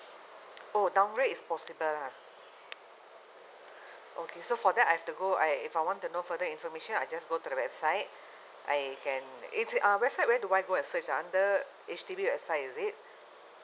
oh downgrade is possible lah okay so for that I have to go I if I want to know further information I just go to the website I can is uh website where do I go and search ah under H_D_B website is it